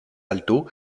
alto